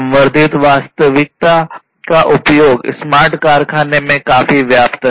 संवर्धित वास्तविकता का उपयोग स्मार्ट कारखानों में काफी व्याप्त है